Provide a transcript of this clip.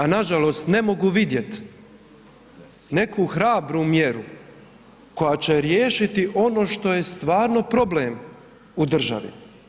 A nažalost ne mogu vidjet neku hrabru mjeru koja će riješiti ono što je stvarno problem u državi.